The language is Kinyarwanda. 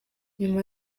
nyuma